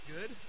Good